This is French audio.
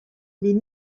les